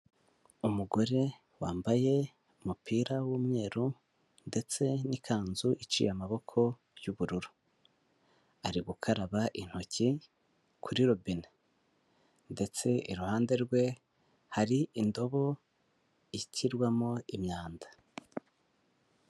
Umugore wambaye umupira w'umweru ndetse n'ikanzu iciye amaboko y'ubururu, ari gukaraba intoki kuri robine ndetse iruhande rwe hari indobo ishyirwamo imyanda.